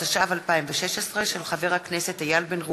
התשע"ו 2016, מאת חברי הכנסת איל בן ראובן,